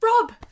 Rob